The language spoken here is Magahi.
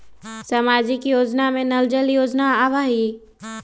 सामाजिक योजना में नल जल योजना आवहई?